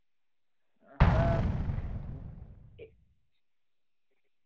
हाँ यह